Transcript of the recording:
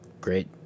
Great